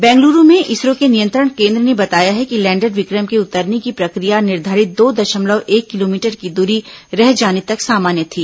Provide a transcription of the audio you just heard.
बेंगलुरू में इसरो के नियंत्रण केन्द्र ने बताया है कि लैंडर विक्रम के उतरने की प्रक्रिया निर्धारित दो दशमलव एक किलोमीटर की दूरी रह जाने तक सामान्य थी